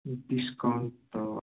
ए discount त